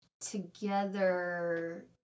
together